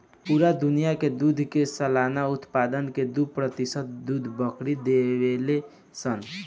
पूरा दुनिया के दूध के सालाना उत्पादन के दू प्रतिशत दूध बकरी देवे ले